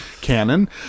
Canon